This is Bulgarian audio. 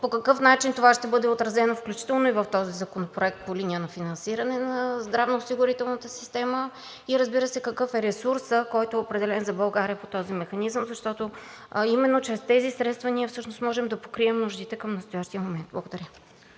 по какъв начин това ще бъде отразено, включително и в този законопроект, по линия на финансиране на здравноосигурителната система и разбира се, какъв е ресурсът, който е определен за България по този механизъм, защото именно чрез тези средства ние можем да покрием нуждите към настоящия момент. Благодаря.